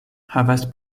havas